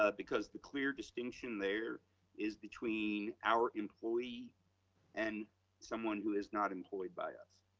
ah because the clear distinction there is between our employee and someone who is not employed by us.